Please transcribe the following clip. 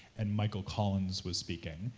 and michael collins was speaking,